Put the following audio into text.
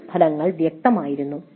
course ഫലങ്ങൾ വ്യക്തമായിരുന്നു